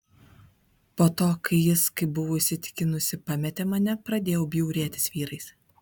po to kai jis kaip buvau įsitikinusi pametė mane pradėjau bjaurėtis vyrais